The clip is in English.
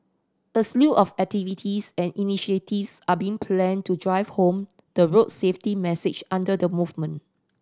a slew of activities and initiatives are being planned to drive home the road safety message under the movement